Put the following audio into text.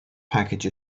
package